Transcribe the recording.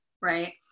right